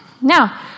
Now